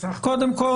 קודם כול,